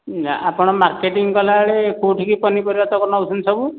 ଆପଣ ମାର୍କେଟିଂ କଲାବେଳେ କେଉଁଠିକୁ ପନିପରିବାତକ ନେଉଛନ୍ତି ସବୁ